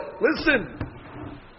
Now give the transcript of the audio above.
listen